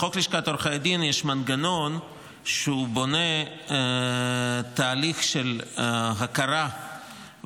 בחוק לשכת עורכי הדין יש מנגנון שבונה תהליך של הכרה והסמכה